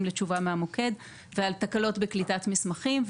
לתשובה מהמוקד ועל תקלות בקליטת מסמכים,